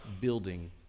building